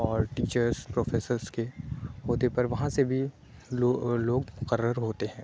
اور teachers professors کے عہدے پر وہاں سے بھی لو لوگ مقرر ہوتے ہیں